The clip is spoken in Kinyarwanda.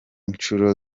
nshuro